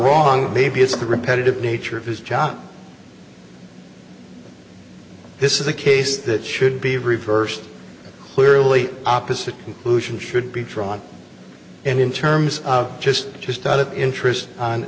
wrong maybe it's the repetitive nature of his job this is a case that should be reversed clearly opposite conclusion should be drawn and in terms of just just out of interest